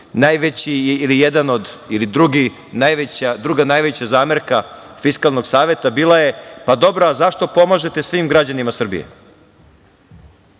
najveća ili druga najveća zamerka Fiskalnog saveta bila je – pa, dobro, a zašto pomažete svim građanima Srbije?